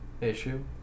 issue